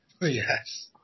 Yes